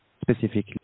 specifically